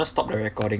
stop the recording